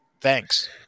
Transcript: thanks